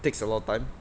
takes a lot of time